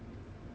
oh